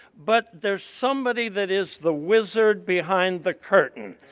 but there is somebody that is the wizard behind the curtain.